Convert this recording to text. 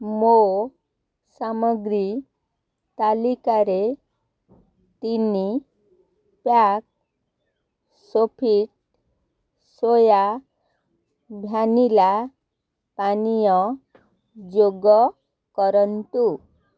ମୋ ସାମଗ୍ରୀ ତାଲିକାରେ ତିନି ପ୍ୟାକ୍ ସୋଫିଟ୍ ସୋୟା ଭ୍ୟାନିଲା ପାନୀୟ ଯୋଗ କରନ୍ତୁ